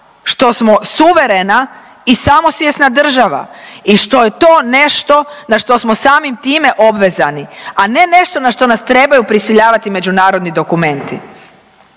što smo suverena i samosvjesna država i što je to nešto na što smo samim time obvezani, a nešto na što nas trebaju prisiljavati međunarodni dokumenti.